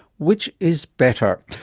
which is better?